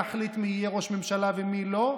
להחליט מי יהיה ראש ממשלה ומי לא,